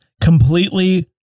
completely